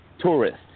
Tourists